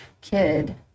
kid